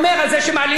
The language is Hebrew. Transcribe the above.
לפני שנה,